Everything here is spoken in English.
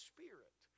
Spirit